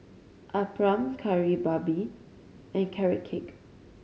appam Kari Babi and Carrot Cake